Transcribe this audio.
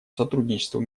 сотрудничеству